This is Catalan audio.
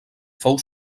fou